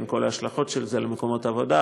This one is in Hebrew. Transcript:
עם כל ההשלכות של זה על מקומות עבודה,